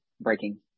breaking